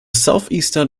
southeastern